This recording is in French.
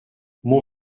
mon